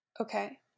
Okay